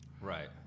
Right